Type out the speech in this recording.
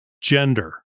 gender